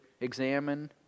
examine